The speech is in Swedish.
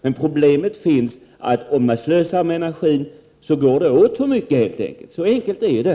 Men om man slösar med energi går det åt mera energi, så enkelt är det.